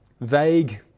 vague